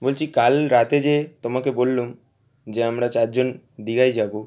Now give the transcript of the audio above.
বলছি কাল রাতে যে তোমাকে বললাম যে আমরা চার জন দীঘায় যাব